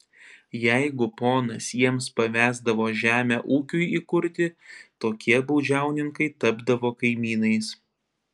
jeigu ponas jiems pavesdavo žemę ūkiui įkurti tokie baudžiauninkai tapdavo kaimynais